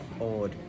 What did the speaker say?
old